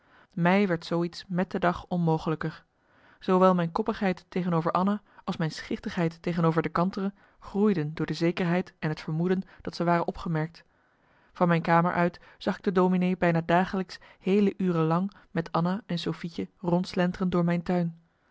mij werd zoo iets met de dag onmogelijker zoowel mijn koppigheid tegenover anna als mijn schichtigheid tegenover de kantere groeiden door de zekerheid en het vermoeden dat ze waren opgemerkt van mijn kamer uit zag ik de dominee bijna dagelijks heele uren lang met anna en sofietje rondslenteren door mijn tuin